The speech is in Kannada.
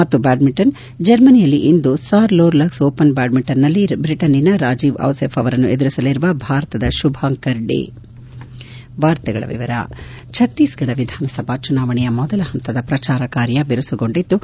ಮತ್ತು ಬ್ಯಾಡ್ಸಿಂಟನ್ ಜರ್ಮನಿಯಲ್ಲಿ ಇಂದು ಸಾರ್ಲೊರ್ಲಕ್ಸ್ ಓಪನ್ ಬ್ಯಾಡ್ಸಿಂಟನ್ನಲ್ಲಿ ಬ್ರಿಟನ್ನಿನ ರಾಜೀವ್ ಔಸೆಫ್ ಅವರನ್ನು ಎದುರಿಸಲಿರುವ ಭಾರತದ ಶುಭಾಂಕರ್ ಡೇ ಛತ್ತೀಸ್ಗಢ ವಿಧಾನಸಭಾ ಚುನಾವಣೆಯ ಮೊದಲ ಹಂತದ ಪ್ರಚಾರ ಕಾರ್ಯ ಬಿರುಸುಗೊಂಡಿದ್ದು